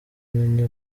umenya